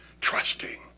trusting